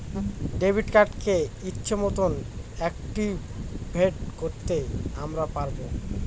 debit কার্ডকে ইচ্ছে মতন অ্যাকটিভেট করতে আমরা পারবো